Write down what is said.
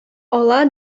ала